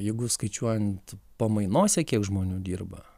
jeigu skaičiuojant pamainose kiek žmonių dirba